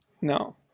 No